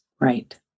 Right